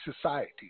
society